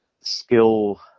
skill